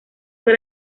fue